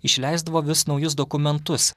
išleisdavo vis naujus dokumentus